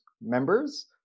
members